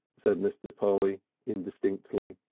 said mr. polly indistinctly.